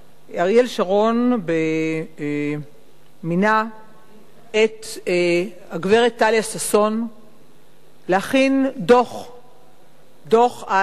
אריאל שרון מינה את הגברת טליה ששון להכין דוח על,